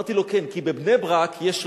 אמרתי לו: כן, כי בבני-ברק יש 30,